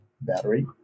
battery